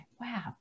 wow